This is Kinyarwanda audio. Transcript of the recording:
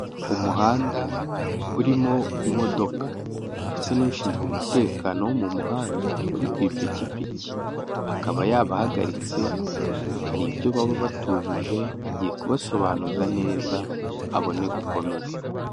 Umuhanda urimo imodoka, ndetse n'ushinzwe umutekano wo mu muhanda uri ku ipikipiki, akaba yabahagaritse, hari ibyo baba batujuje agiye kubasobanuza neza, abone gukomeza.